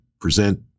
present